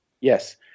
Yes